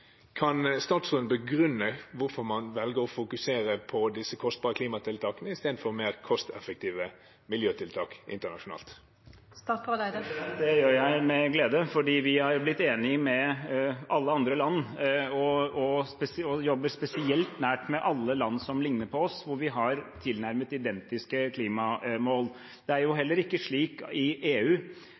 Kan statsråden begrunne hvorfor man velger å fokusere på disse kostbare klimatiltakene i stedet for mer kosteffektive miljøtiltak internasjonalt? Det gjør jeg med glede. Vi har blitt enig med alle andre land og jobber spesielt nært med alle land som ligner på oss, hvor vi har tilnærmet identiske klimamål. Det er heller ikke slik i EU